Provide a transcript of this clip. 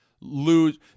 lose